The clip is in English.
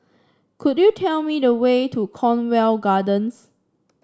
could you tell me the way to Cornwall Gardens